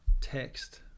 text